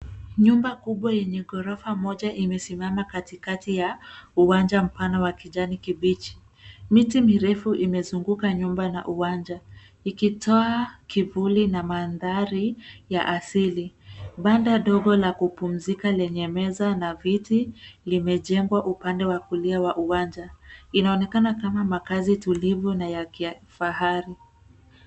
Nyumba kubwa yenye ghorofa moja imesimama katikati ya uwanja mpana wa kijani kibichi. Miti mirefu imezunguka nyumba na uwanja, ikitoa kivuli na mandhari ya asili. Banda dogo la kupumzika lenye meza na viti, limejengwa upande wa kulia wa uwanja, inaonekana kama makaazi tulivu na ya kifahari.